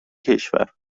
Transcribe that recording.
کشور